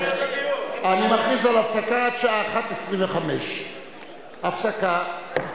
אני מכריז על הפסקה עד השעה 13:25. הפסקה.